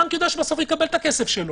הבנק ידאג שבסוף הוא יקבל את הכסף שלו.